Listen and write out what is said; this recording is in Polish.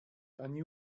ani